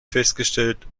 festgestellt